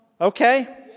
okay